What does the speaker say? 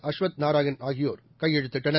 அஸ்வத் நாராயணன் ஆகியோர் கையெழுத்திட்டனர்